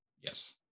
Yes